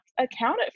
accounted